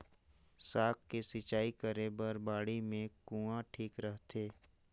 साग के सिंचाई करे बर बाड़ी मे कुआँ ठीक रहथे?